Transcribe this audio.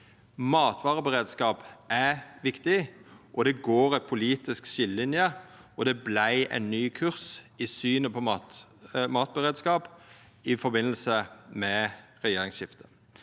Matvareberedskap er viktig, og det går ei politisk skiljelinje her, og det vart ein ny kurs i synet på matberedskap i forbindelse med regjeringsskiftet.